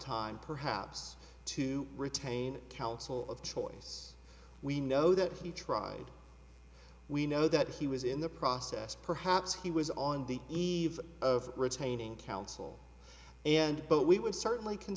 time perhaps to retain counsel of choice we know that he tried we know that he was in the process perhaps he was on the eve of retaining counsel and but we would certainly